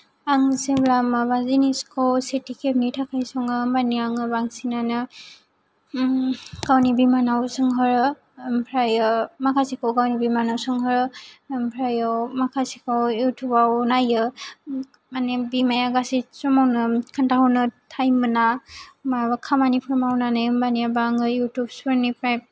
आं जेब्ला माबा जिनिसखौ सेथि खेबनि थाखाय सङो होम्बानिया आङो बांसिनानो गावनि बिमानाव सोंहरो ओमफ्रायो माखासेखौ गावनि बिमानाव सोंहरो ओमफ्रायो माखासेखौ युटुबाव नायो माने बिमाया गासै समावनो खोन्थाहरनो टाईम मोना माबा खामानिफोर मावनानै होम्बानिया आङो युटुबफोरनिफ्राय